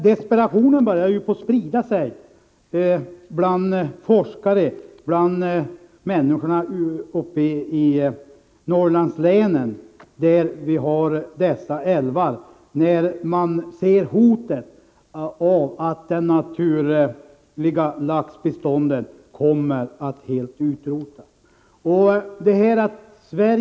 Desperationen börjar emellertid sprida sig bland forskarna och människorna uppe i Norrlandslänen, där dessa älvar finns, när de ser att det naturliga laxbeståndet hotas och att det helt kommer att utrotas.